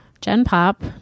Gen-pop